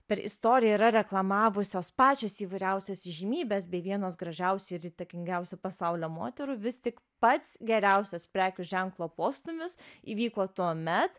per istoriją yra reklamavusios pačios įvairiausios įžymybės bei vienos gražiausių ir įtakingiausių pasaulio moterų vis tik pats geriausias prekių ženklo postūmis įvyko tuomet